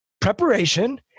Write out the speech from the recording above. preparation